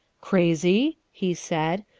crazy? he said,